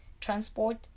Transport